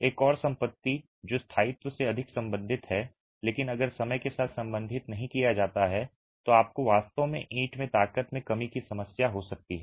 एक और संपत्ति जो स्थायित्व से अधिक संबंधित है लेकिन अगर समय के साथ संबोधित नहीं किया जाता है तो आपको वास्तव में ईंट में ताकत में कमी की समस्या हो सकती है